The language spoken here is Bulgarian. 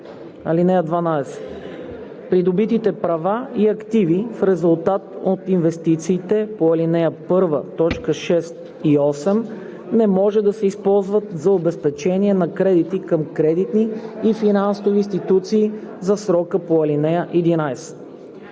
„(12) Придобитите права и активи в резултат от инвестициите по ал. 1, т. 6 и 8 не може да се използват за обезпечение на кредити към кредитни и финансови институции за срока по ал. 11.“